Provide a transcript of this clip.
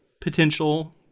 potential